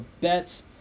bets